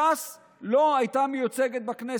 ש"ס לא הייתה מיוצגת בכנסת,